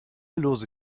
lose